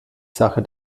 sache